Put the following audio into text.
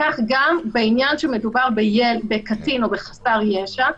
כך גם במקרה שמדובר בקטין או בחסר ישע,